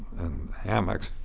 in hammocks,